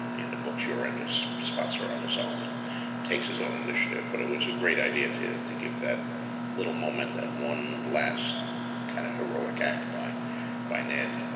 in the books, yoren just spots her on his own and takes his own initiative. but it was a great idea to to give that little moment, that one last kind of heroic act by by ned.